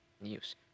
news